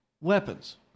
weapons